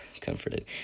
comforted